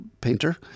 painter